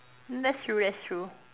that's true that's true